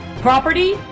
Property